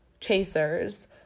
chasers